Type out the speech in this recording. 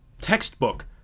textbook